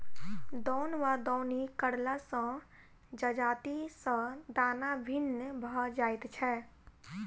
दौन वा दौनी करला सॅ जजाति सॅ दाना भिन्न भ जाइत छै